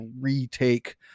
retake